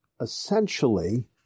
essentially